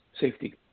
safety